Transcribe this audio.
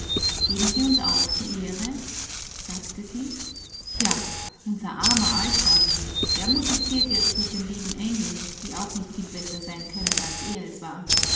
geben sie uns auch die ehre sagte sie ja unser armer alter der musiziert jetzt mit den lieben engeln die auch nicht viel besser sein können als er es war